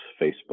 Facebook